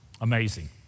Amazing